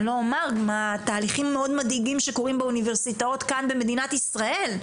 על תהליכים מאוד מדאיגים שקורים באוניברסיטאות כאן במדינת ישראל.